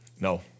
No